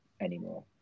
anymore